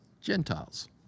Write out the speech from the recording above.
Gentiles